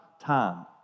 time